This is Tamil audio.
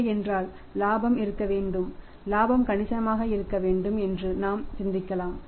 இல்லையென்றால் இலாபம் இருக்க வேண்டும் இலாபம் கணிசமாக இருக்க வேண்டும் என்று நாம் சிந்திக்கலாம்